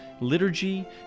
liturgy